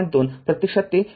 २ प्रत्यक्षात ते ०